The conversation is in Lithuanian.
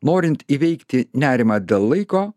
norint įveikti nerimą dėl laiko